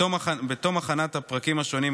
בתום הכנת הפרקים השונים,